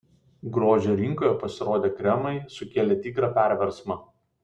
grožio rinkoje pasirodę kremai sukėlė tikrą perversmą